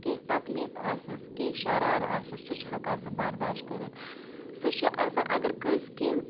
کینٛہہ تکلیٖف آسٮ۪س کینٛہہ شَرار آسٮ۪س سُہ چھِ ہٮ۪کان سُہ بَرداش کٔرِتھ سُہ چھِ آسان اگر کٲنٛسہِ کینٛہہ